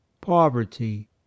poverty